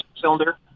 cylinder